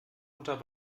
unter